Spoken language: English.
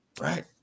right